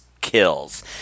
kills